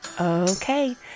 Okay